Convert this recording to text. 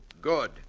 Good